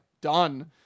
done